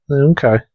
Okay